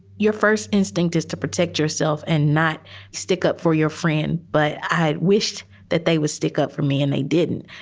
your first instinct is to protect yourself and not stick up for your friend. but i wished that they would stick up for me and they didn't.